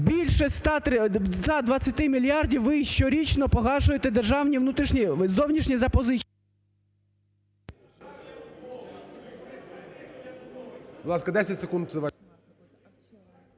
Більше 120 мільярдів ви щорічно погашаєте державні зовнішні… ГОЛОВУЮЧИЙ.